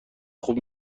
خوب